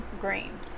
green